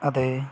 ਅਤੇ